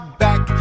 back